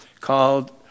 called